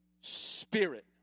spirit